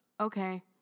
okay